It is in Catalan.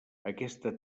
aquesta